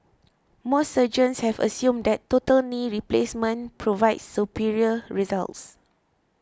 most surgeons have assumed that total knee replacement provides superior results